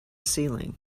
ceiling